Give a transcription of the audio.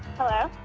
hello?